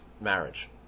marriage